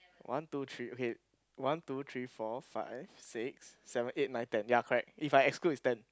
one two three okay one two three four five six seven eight nine ten ya correct if I exclude is ten